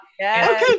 Okay